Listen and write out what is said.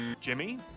Jimmy